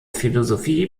philosophie